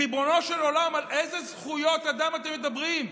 ריבונו של עולם, איזה זכויות אדם אתם מדברים?